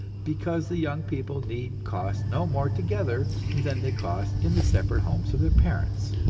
because the young people need cost no more together than they cost in the separate homes of their parents.